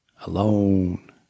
Alone